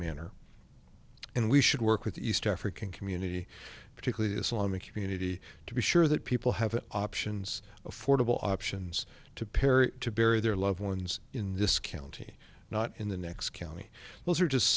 manner and we should work with the east african community particularly islamic community to be sure that people have options affordable options to parry to bury their loved ones in this county not in the next county those are just